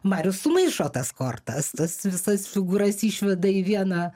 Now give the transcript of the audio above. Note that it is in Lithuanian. marius sumaišo tas kortas tas visas figūras išveda į vieną